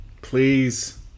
Please